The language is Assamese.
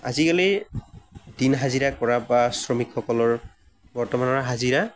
আজিকালি দিন হাজিৰা কৰা বা শ্ৰমিকসকলৰ বৰ্ত্তমানৰ হাজিৰা